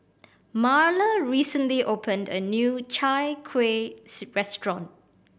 Marla recently opened a new Chai Kueh restaurant